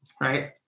right